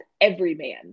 Everyman